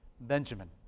Benjamin